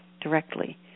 directly